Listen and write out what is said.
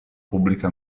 pubblica